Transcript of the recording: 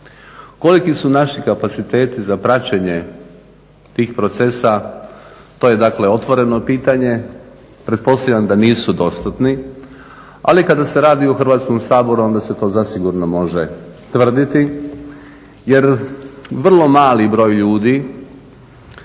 Koliki su naši kapaciteti za praćenje tih procesa to je, dakle otvoreno pitanje. Pretpostavljam da nisu dostatni. Ali kada se radi o Hrvatskom saboru onda se to zasigurno može tvrditi jer vrlo mali broj ljudi,